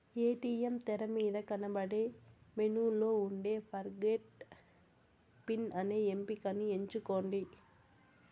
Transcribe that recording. ATM తెరమీద కనబడే మెనూలో ఉండే ఫర్గొట్ పిన్ అనే ఎంపికని ఎంచుకోండి